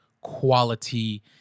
quality